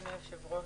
אדוני היושב-ראש,